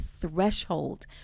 threshold